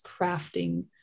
crafting